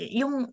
yung